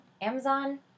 Amazon